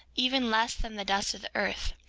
even less than the dust of the earth.